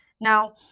Now